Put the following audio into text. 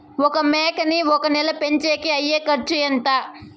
ఒక మేకని ఒక నెల పెంచేకి అయ్యే ఖర్చు ఎంత?